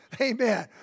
amen